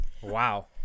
Wow